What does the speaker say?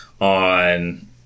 on